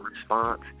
response